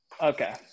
Okay